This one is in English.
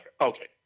Okay